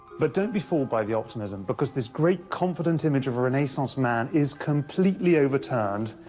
but don't be fooled by the optimism, because this great confident image of a renaissance man is completely overturned.